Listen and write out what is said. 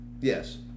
yes